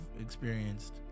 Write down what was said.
experienced